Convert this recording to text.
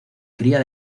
cría